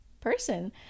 person